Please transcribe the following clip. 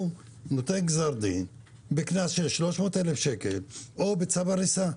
הוא נותן גזר דין בקנס של 300,000 שקל או בצו הריסה.